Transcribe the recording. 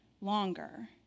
longer